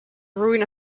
ruin